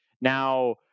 Now